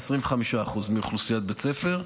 25% מאוכלוסיית בית הספר,